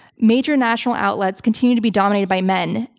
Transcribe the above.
major national outlets continue to be dominated by men,